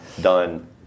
done